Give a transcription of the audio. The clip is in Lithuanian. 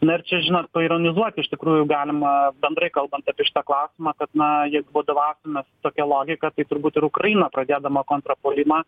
na ir čia žinot paironizuoti iš tikrųjų galima bendrai kalbant apie šitą klausimą kad na vadovausimės tokia logika tai turbūt ir ukraina pradėdama kontrapuolimą